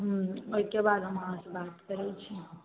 हूँ एहिके बाद हम अहाँ से बात करै छी